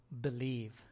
believe